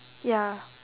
ya